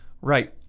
Right